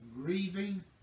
grieving